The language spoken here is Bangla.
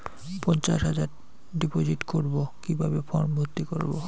পঞ্চাশ হাজার ডিপোজিট করবো কিভাবে ফর্ম ভর্তি করবো?